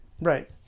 Right